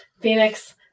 Phoenix